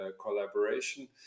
collaboration